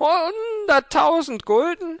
hunderttausend gulden hunderttausend gulden